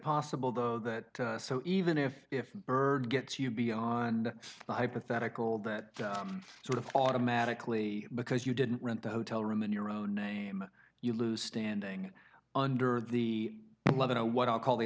possible though that so even if if bird gets you beyond the hypothetical that sort of automatically because you didn't rent a hotel room in your own name you lose standing under the love in a what i'll call the